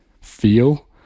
feel